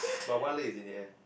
but one lay is in the air